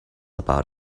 about